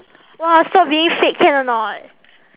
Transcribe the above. !wah! stop being fake can or not